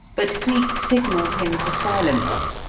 but cleek signalled him to silence,